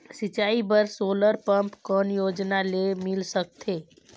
सिंचाई बर solar pump कौन योजना ले मिल सकथे?